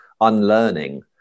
unlearning